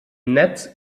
netz